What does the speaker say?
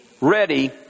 ready